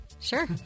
Sure